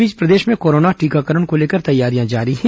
इस बीच प्रदेश में कोरोना टीकाकरण को लेकर तैयारियां जारी हैं